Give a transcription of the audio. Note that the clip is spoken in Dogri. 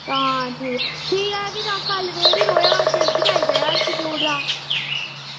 हां ठीक ठीक ऐ फ्ही तां कल रेडी रवेआं जल्दी गै आई जायां इंस्टिटयूट दा